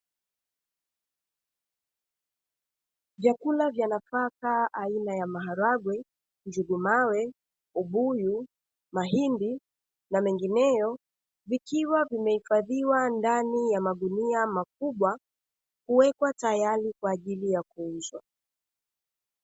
Vyakula vya nafaka aina ya maharagwe, njugumawe, ubuyu, mahindi na mengineyo, vikiwa vimehifadhiwa ndani ya magunia makubwa, huwekwa tayari kwa ajili ya kuuzwa.